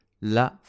la